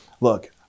Look